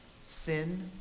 Sin